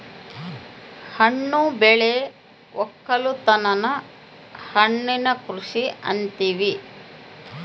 ಹಣ್ಣು ಬೆಳೆ ವಕ್ಕಲುತನನ ಹಣ್ಣಿನ ಕೃಷಿ ಅಂತಿವಿ